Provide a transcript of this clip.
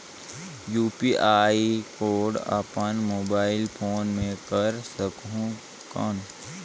UPI code अपन mobile phone मे कर सकहुं कौन?